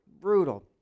brutal